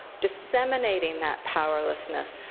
disseminating that powerlessness,